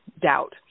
doubt